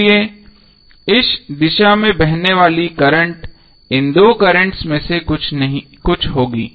इसलिए इस दिशा में बहने वाली करंट इन दो कर्रेंटस में से कुछ होगी